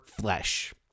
flesh